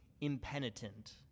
impenitent